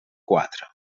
quatre